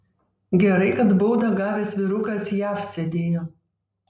gerai kad baudą gavęs vyrukas jav sėdėjo